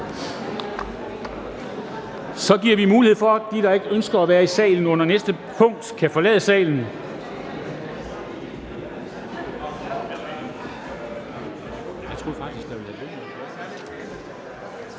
Så giver vi mulighed for, at de, der ikke ønsker at være i salen under næste punkt, kan forlade salen.